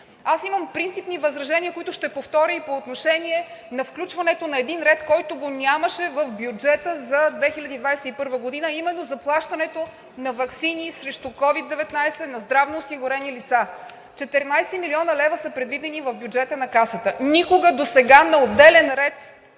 Имам принципни възражения по отношение на включването на един ред, който го нямаше в бюджета за 2021 г., а именно заплащането на ваксините срещу COVID-19 на здравноосигурени лица – 14 млн. лв. са предвидени в бюджета на Касата. Никога досега на отделен ред